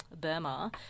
Burma